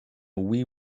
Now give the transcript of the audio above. wii